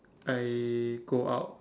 I go out